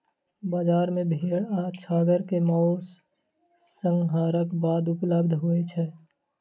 बजार मे भेड़ आ छागर के मौस, संहारक बाद उपलब्ध होय छै